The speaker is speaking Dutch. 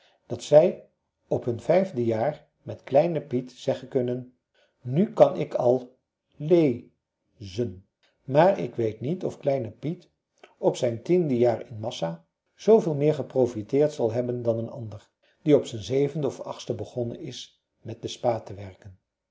dat zij op hun vijfde jaar met kleinen piet zeggen kunnen nu kan ik al le zen maar ik weet niet of kleine piet op zijn tiende jaar in massa zoo veel meer geprofiteerd zal hebben dan een ander die op zijn zevende of achtste begonnen is met de spa te werken